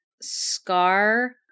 Scar